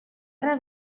anar